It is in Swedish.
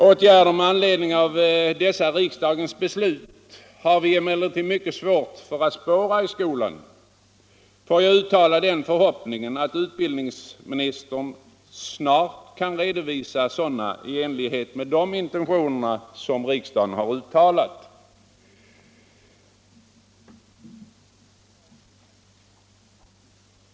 Åtgärder med anledning av riksdagens beslut har vi emellertid mycket svårt att spåra i skolan. Får jag uttala den förhoppningen att utbildningsministern snart kan redovisa sådana i enlighet med de intentioner som riksdagen uttalat.